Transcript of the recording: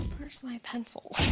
where's my pencil?